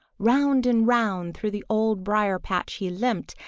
round and round through the old briar-patch he limped,